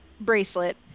bracelet